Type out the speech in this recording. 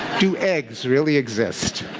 do eggs really exist?